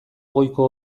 goiko